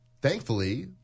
thankfully –